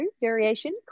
variation